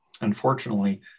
Unfortunately